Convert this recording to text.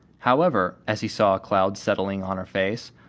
however, as he saw a cloud settling on her face,